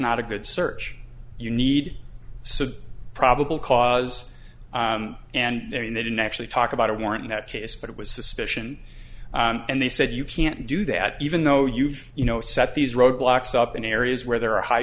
not a good search you need so probable cause and they didn't actually talk about a warrant in that case but it was suspicion and they said you can't do that even though you've you know set these roadblocks up in areas where there are high